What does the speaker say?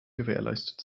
gewährleistet